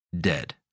dead